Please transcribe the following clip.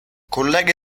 collega